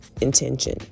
intention